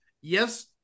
Yes